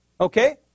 Okay